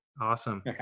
Awesome